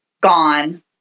gone